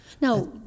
Now